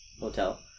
Hotel